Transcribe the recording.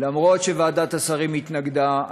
אף שוועדת השרים התנגדה,